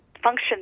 function